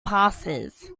passes